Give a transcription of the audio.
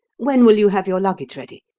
when will you have your luggage ready?